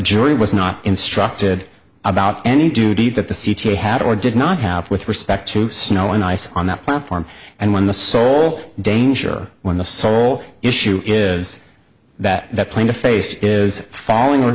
was not instructed about any duty that the c t a had or did not have with respect to snow and ice on that platform and when the sole danger when the sole issue is that that plane to face is falling o